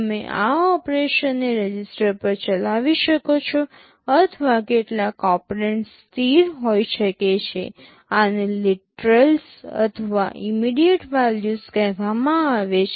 તમે આ ઓપરેશનને રજિસ્ટર પર ચલાવી શકો છો અથવા કેટલાક ઓપરેન્ટ્સ સ્થિર હોઈ શકે છે આને લિટરેલ્સ અથવા ઇમિડિયેટ વેલ્યુસ કહેવામાં આવે છે